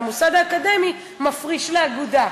והמוסד האקדמי מפריש לאגודה.